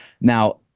Now